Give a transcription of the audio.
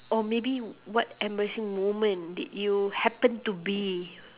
or maybe what embarrassing moment did you happen to be